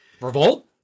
Revolt